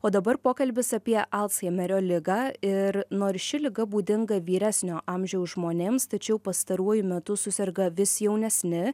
o dabar pokalbis apie alzheimerio ligą ir nors ši liga būdinga vyresnio amžiaus žmonėms tačiau pastaruoju metu suserga vis jaunesni